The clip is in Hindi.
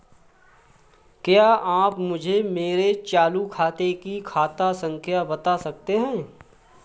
क्या आप मुझे मेरे चालू खाते की खाता संख्या बता सकते हैं?